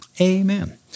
Amen